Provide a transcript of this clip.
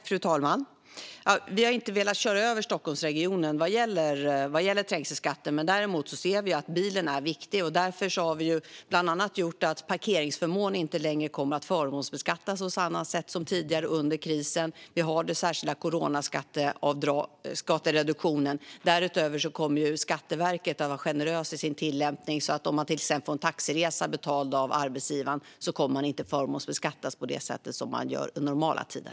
Fru talman! Vi har inte velat köra över Stockholmsregionen vad gäller trängselskatten. Däremot ser vi att bilen är viktig, och därför har vi bland annat sett till att parkeringsförmån under krisen inte längre kommer att förmånsbeskattas på samma sätt som tidigare. Vi har också den särskilda coronaskattereduktionen. Därutöver kommer Skatteverket att vara generös i sin tillämpning, så om man till exempel får en taxiresa betald av arbetsgivaren kommer man inte att förmånsbeskattas på det sätt som görs under normala tider.